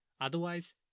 Otherwise